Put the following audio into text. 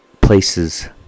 places